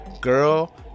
Girl